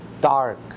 dark